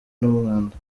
n’umwanda